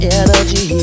energy